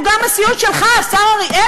הוא גם הסיוט שלך, השר אריאל.